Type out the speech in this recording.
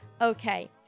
Okay